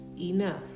enough